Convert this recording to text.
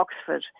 Oxford